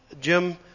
Jim